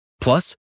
Plus